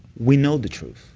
we know the truth.